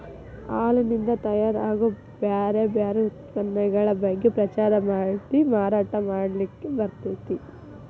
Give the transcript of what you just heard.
ಹಾಲಿನಿಂದ ತಯಾರ್ ಆಗೋ ಬ್ಯಾರ್ ಬ್ಯಾರೆ ಉತ್ಪನ್ನಗಳ ಬಗ್ಗೆ ಪ್ರಚಾರ ಮಾಡಿ ಮಾರಾಟ ಮಾಡ್ಲಿಕ್ಕೆ ಬರ್ತೇತಿ